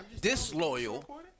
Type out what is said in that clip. disloyal